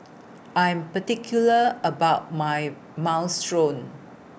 I'm particular about My Minestrone